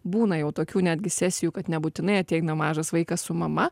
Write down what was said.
būna jau tokių netgi sesijų kad nebūtinai ateina mažas vaikas su mama